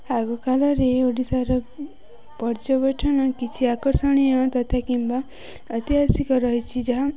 ଆଗକାଲରେ ଓଡ଼ିଶାର ପର୍ଯ୍ୟବେଠନ କିଛି ଆକର୍ଷଣୀୟ ତଥା କିମ୍ବା ଐତିହାସିକ ରହିଛି ଯାହା